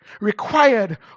required